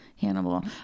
Hannibal